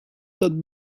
that